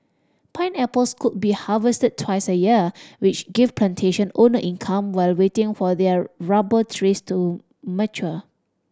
pineapples could be harvested twice a year which gave plantation owners income while waiting for their rubber trees to mature